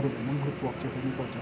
अरूभन्दा पनि ग्रुपवर्क चाहिँ गर्नैपर्छ